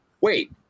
wait